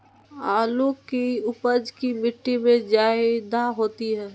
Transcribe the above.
आलु की उपज की मिट्टी में जायदा होती है?